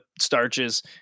starches